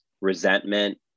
resentment